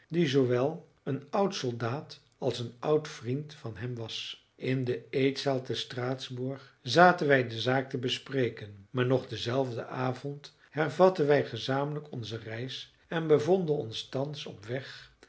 die zoowel een oud soldaat als een oud vriend van hem was in de eetzaal te straatsburg zaten wij de zaak te bespreken maar nog denzelfden avond hervatten wij gezamenlijk onze reis en bevonden ons thans op weg